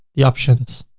the options,